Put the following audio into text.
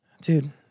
dude